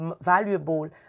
valuable